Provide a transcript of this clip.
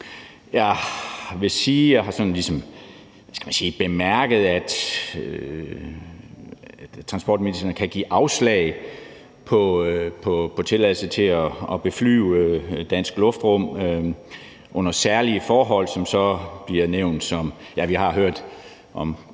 jeg har bemærket, at transportministeren kan give afslag på tilladelse til at beflyve dansk luftrum under særlige forhold, som så bliver nævnt, og vi har hørt om